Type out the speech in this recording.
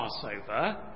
Passover